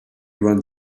run